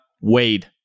Wade